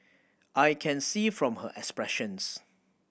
I can see from her expressions